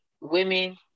Women